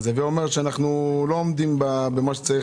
זה אומר אנחנו לא עומדים בתקנון.